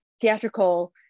theatrical